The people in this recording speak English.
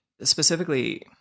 specifically